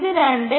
ഇത് 2